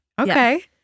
Okay